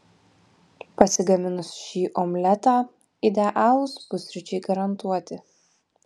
pasigaminus šį omletą idealūs pusryčiai garantuoti